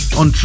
on